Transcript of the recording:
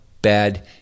bad